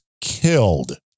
killed